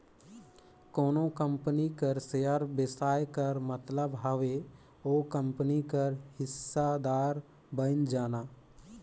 कोनो कंपनी कर सेयर बेसाए कर मतलब हवे ओ कंपनी कर हिस्सादार बइन जाना